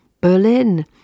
Berlin